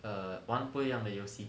err 玩不一样的游戏